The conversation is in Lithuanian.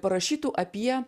parašytų apie